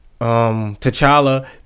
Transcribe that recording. T'Challa